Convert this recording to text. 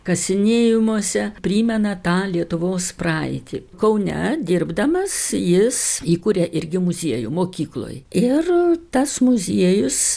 kasinėjimuose primena tą lietuvos praeitį kaune dirbdamas jis įkuria irgi muziejų mokykloj ir tas muziejus